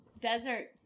desert